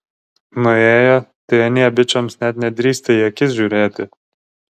nuėjo tai anie bičams net nedrįsta į akis žiūrėti